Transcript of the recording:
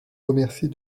remercie